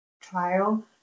trial